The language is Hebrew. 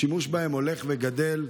השימוש בהם הולך וגדל,